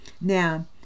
Now